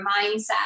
mindset